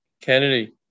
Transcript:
Kennedy